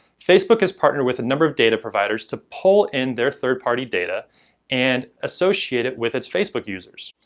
facebook has partnered with a number of data providers to pull in their third party data and associate it with its facebook users.